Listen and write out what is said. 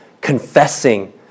confessing